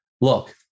Look